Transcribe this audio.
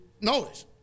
notice